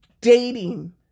Dating